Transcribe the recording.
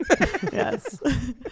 Yes